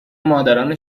مادران